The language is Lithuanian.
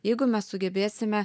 jeigu mes sugebėsime